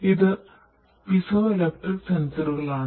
ഇത് piezo electric സെൻസറുകളാണ്